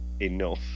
enough